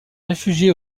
réfugié